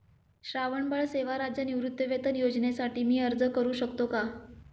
श्रावणबाळ सेवा राज्य निवृत्तीवेतन योजनेसाठी मी अर्ज करू शकतो का?